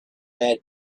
that